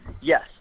yes